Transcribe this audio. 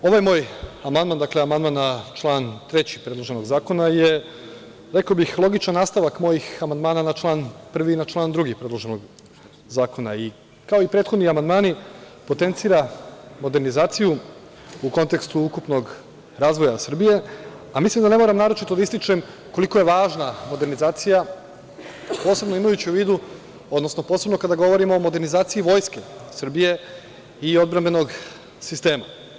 Ovaj moj amandman, dakle amandman na član 3. predloženog zakona je, rekao bih, logičan nastavak mojih amandmana na član 1. i na član 2. predloženog zakona i kao i prethodni amandmani potencira modernizaciju u kontekstu ukupnog razvoja Srbije, a mislim da ne moram naročito da ističem koliko je važna modernizacija posebno imajući u vidu, odnosno posebno kada govorimo o modernizaciji Vojske Srbije i odbrambenog sistema.